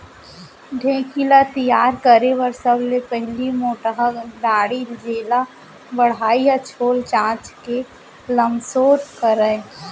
ढेंकी ल तियार करे बर सबले पहिली मोटहा डांड़ी जेला बढ़ई ह छोल चांच के लमसोर करय